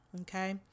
Okay